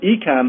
ECAM